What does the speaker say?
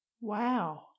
Wow